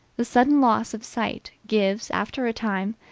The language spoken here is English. the sudden loss of sight gives, after a time,